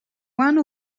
one